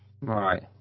Right